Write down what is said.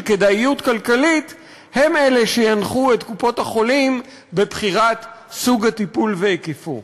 כדאיות כלכלית הם אלה שינחו את קופות-החולים בבחירת סוג הטיפול והיקפו.